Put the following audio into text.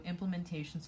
implementations